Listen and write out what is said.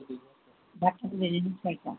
documents